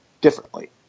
differently